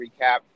recap